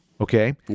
Okay